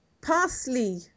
Parsley